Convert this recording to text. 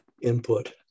input